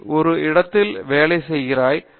நீ ஒரு இடத்தில் வேலை செய்கிறாய்